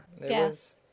Yes